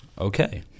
Okay